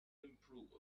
improve